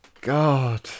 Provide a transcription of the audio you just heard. God